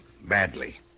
Badly